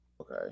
Okay